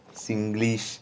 singlish